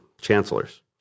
Chancellors